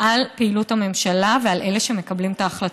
על פעילות הממשלה ועל אלה שמקבלים את ההחלטות.